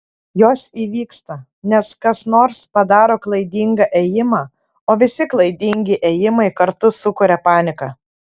jos įvyksta nes kas nors padaro klaidingą ėjimą o visi klaidingi ėjimai kartu sukuria paniką